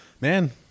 man